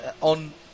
on